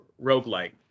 roguelike